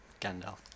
Gandalf